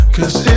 Cause